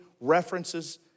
references